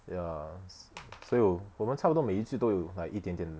ya so 我们差不多每一句都有 like 一点点